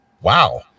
Wow